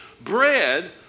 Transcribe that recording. bread